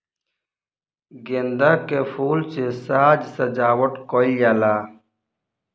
गेंदा के फूल से साज सज्जावट कईल जाला